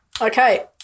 Okay